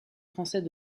français